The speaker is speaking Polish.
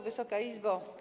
Wysoka Izbo!